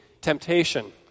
temptation